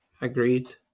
Agreed